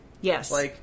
Yes